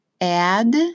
Add